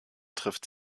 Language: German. trifft